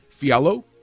Fialo